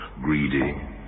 greedy